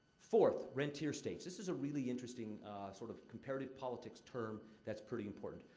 fourth, rentier states. this is a really interesting sort of comparative politics term that's pretty important.